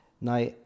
Now